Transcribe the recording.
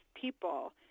people